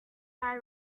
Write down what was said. sigh